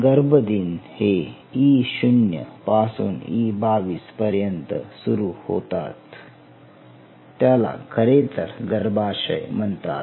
गर्भ दिन हे E0 पासून E22 पर्यंत सुरू होते त्याला खरेतर गर्भाशय म्हणतात